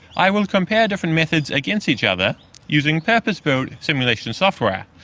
i will compare different methods against each other using purpose-built simulation software,